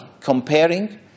comparing